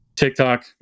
TikTok